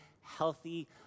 healthy